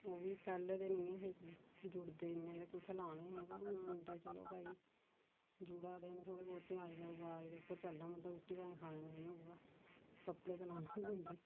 ओह् बी पैह्ले ते नी ऐ हे जुड़दे इन्ने ते कुत्थै लाने ते हून ते चलो भाई जुड़ा दे न थोह्ड़े बौह्ते अज्जकल रवाज उप्पर गै चलना पौंदा रुट्टी भाएं नेईं होऐ खाने पर कपड़े ते लाने पौंदे